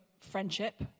friendship